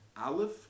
Aleph